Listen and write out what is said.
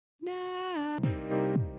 now